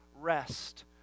rest